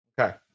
Okay